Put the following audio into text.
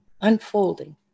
unfolding